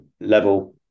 level